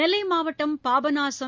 நெல்லை மாவட்டம் பாபநாசம்